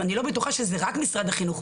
אז אני לא בטוחה שזה רק משרד החינוך.